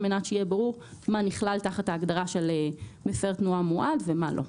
על מנת שיהיה ברור מה נכלל תחת ההגדרה של מפר תנועה מועד ומה לא.